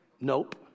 Nope